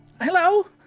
Hello